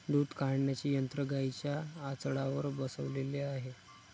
दूध काढण्याचे यंत्र गाईंच्या आचळावर बसवलेले आहे